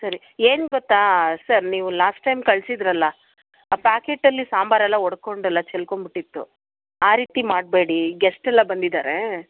ಸರಿ ಏನು ಗೊತ್ತಾ ಸರ್ ನೀವು ಲಾಸ್ಟ್ ಟೈಮ್ ಕಳಿಸಿದ್ರಲ್ಲ ಆ ಪ್ಯಾಕೆಟ್ಟಲ್ಲಿ ಸಾಂಬಾರೆಲ್ಲ ಒಡ್ಕೊಂಡು ಎಲ್ಲ ಚಲ್ಕೊಂಬಿಟ್ಟಿತ್ತು ಆ ರೀತಿ ಮಾಡಬೇಡಿ ಗೆಸ್ಟ್ ಎಲ್ಲ ಬಂದಿದ್ದಾರೆ